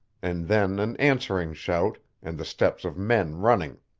and then an answering shout, and the steps of men running.